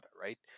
right